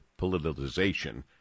politicization